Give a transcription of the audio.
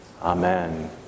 Amen